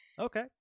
Okay